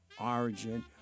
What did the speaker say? origin